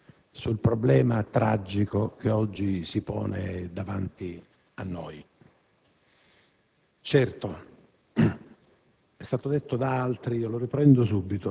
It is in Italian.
una pacata riflessione sul problema tragico che oggi si pone davanti a noi. Come